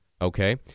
okay